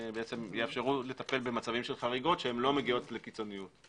שיאפשרו לטפל במצבים של חריגות שלא מגיעות לקיצוניות.